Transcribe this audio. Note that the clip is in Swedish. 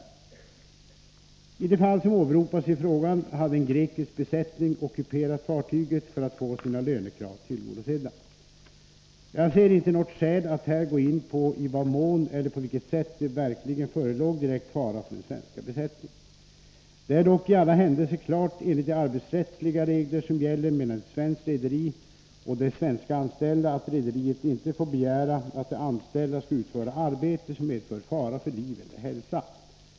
I det fall som åberopas i frågan hade en grekisk besättning ockuperat fartyget för att få sina lönekrav tillgodosedda. Jag ser inte något skäl att här gå in på i vad mån eller på vilket sätt det verkligen förelåg direkt fara för den svenska besättningen. Det är dock i alla händelser klart enligt de arbetsrättsliga regler som gäller mellan ett svenskt rederi och dess svenska anställda att rederiet inte får begära att de anställda skall utföra arbete som medför fara för liv eller hälsa.